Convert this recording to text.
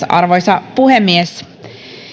arvoisa puhemies